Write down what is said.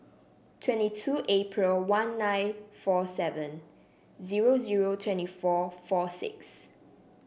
twenty two April one nine four seven zero zero twenty four four six